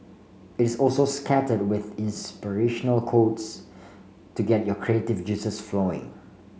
it's also scattered with inspirational quotes to get your creative juices flowing